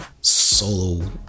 solo